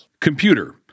Computer